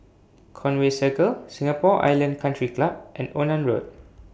Conway Circle Singapore Island Country Club and Onan Road